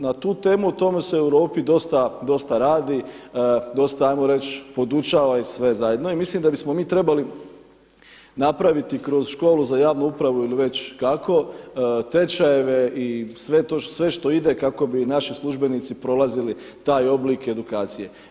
Na tu temu o tome se u Europi dosta radi, dosta hajmo reći podučava i sve zajedno i mislim da bismo mi trebali napraviti kroz Školu za javnu upravu ili već kako tečajeve i sve što ide kako bi naši službenici prolazili taj oblik edukacije.